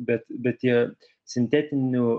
bet bet tie sintetinių